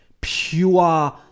pure